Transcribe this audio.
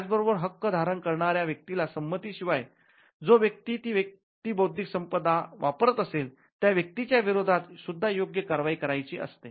त्याचबरोबर हक्क धारण करणाऱ्या व्यक्तीला संमती शिवाय जो व्यक्ती ती बौद्धिक संपदा वापरत असेल त्या व्यक्तीच्या विरोधात सुद्धा योग्य अशी कारवाई करायची असते